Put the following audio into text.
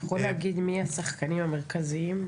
אתה יכול להגיד מי השחקנים המרכזיים?